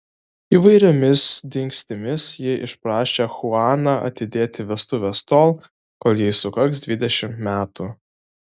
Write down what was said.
įvairiomis dingstimis ji išsiprašė chuaną atidėti vestuves tol kol jai sukaks dvidešimt metų